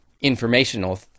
informational